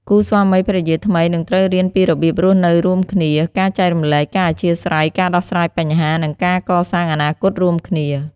គូស្វាមីភរិយាថ្មីនឹងត្រូវរៀនពីរបៀបរស់នៅរួមគ្នា ការចែករំលែក ការអធ្យាស្រ័យ ការដោះស្រាយបញ្ហា និងការកសាងអនាគតរួមគ្នា។